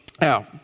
Now